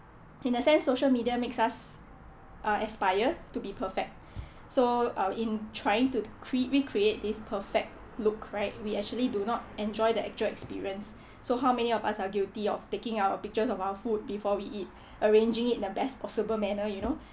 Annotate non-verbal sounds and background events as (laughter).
in the sense social media makes us uh aspire to be perfect (breath) so uh in trying to crea~ recreate this perfect look right we actually do not enjoy the actual experience (breath) so how many of us are guilty of taking uh pictures of our food before we eat (breath) arranging it in the best possible manner you know (breath)